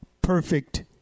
perfect